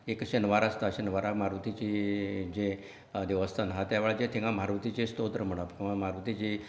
एक शेनवार आसता शेनवाराक मारुतीचें जे देवस्थान आसा त्या वेळाचेर मारुतीचें स्त्रोत्र म्हणप मारुतीची